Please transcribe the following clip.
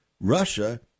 Russia